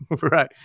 right